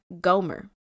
Gomer